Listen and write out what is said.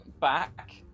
back